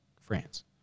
France